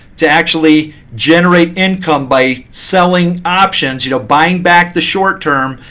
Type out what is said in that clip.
to actually generate income by selling options, you know buying back the short term,